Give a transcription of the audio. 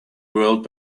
world